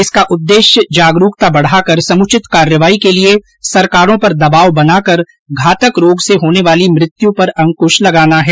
इसका उद्देश्य जागरूकता बढ़ाकर समुचित कार्रवाई के लिए सरकारों पर दबाव बना कर घातक रोग से होने वाली मृत्यु पर अंकुश लगाना है